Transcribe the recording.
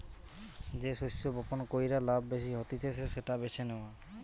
যে শস্য বপণ কইরে লাভ বেশি হতিছে সেটা বেছে নেওয়া